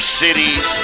cities